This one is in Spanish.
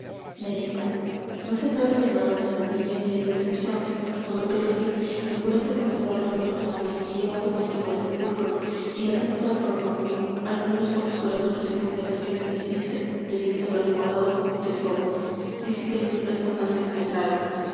no se trata del valor del anillo ni de la inscripcion sino que cuando te lo dí me juraste conservarlo hasta tu muerte y llevarlo contigo al sepulcro y ya que no fuera por amor mio á lo menos por los juramentos y ponderaciones que hiciste debias haberlo guardado como un tesoro dices que lo diste al pasante de un letrado